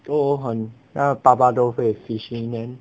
都很他们爸爸都会 fishing then